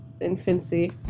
infancy